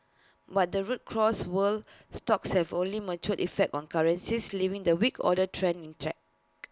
but the rout cross world stocks have only mature effect on currencies leaving the weak order trend in check